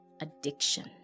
addiction